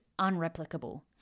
unreplicable